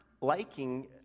liking